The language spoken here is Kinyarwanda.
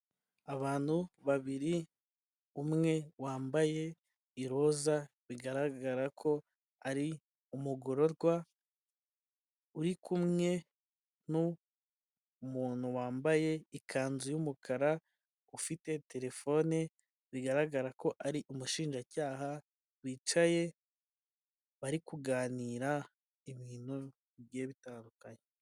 Abantu babiri umwe wambaye iroza bigaragara ko ari umugororwa, uri kumwe n'umuntu wambaye ikanzu y'umukara ufite telefone bigaragara ko ari umushinjacyaha wicaye bari kuganira ibintu bigiye bitandukanye.